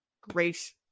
great